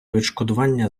відшкодування